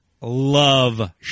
Love